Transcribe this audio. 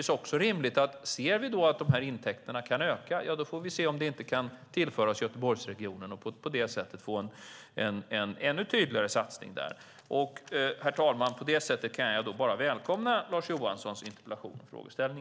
Ser vi att intäkterna kan öka får vi se om det inte kan tillföras Göteborgsregionen och på så sätt få en ännu tydligare satsning där. Herr talman! På det sättet välkomnar jag Lars Johanssons interpellation och frågeställning.